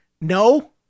No